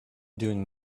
doing